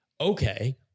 Okay